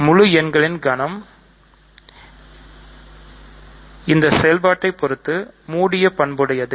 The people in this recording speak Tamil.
முழு எண்களின் கணம் இந்த செயல்பாட்டை பொறுத்து மூடிய பண்புடையது